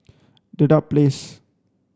Dedap Place